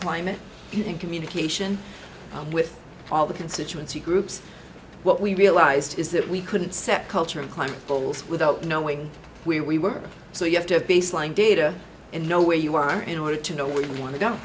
climate and communication with all the constituency groups what we realized is that we couldn't set cultural climate goals without knowing where we were so you have to have baseline data and know where you are in order to know where you want